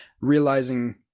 realizing